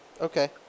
Okay